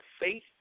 faith